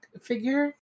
figure